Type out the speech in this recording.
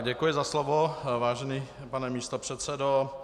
Děkuji za slovo, vážený pane místopředsedo.